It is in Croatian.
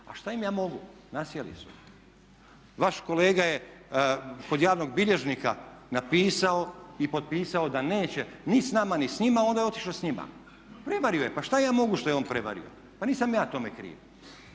A šta im ja mogu, nasjeli su. Vaš kolega je kod javnog bilježnika napisao i potpisao da neće ni s nama ni s njima, onda je otišao s njima. Prevario je, pa šta je mogu šta je on prevario, pa nisam ja tome kriv.